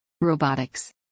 Robotics